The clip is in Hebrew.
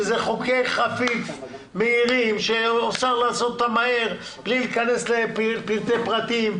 שזה חוקי חפיף מהירים שאפשר לעשות אותם מהר בלי להיכנס לפרטי פרטים,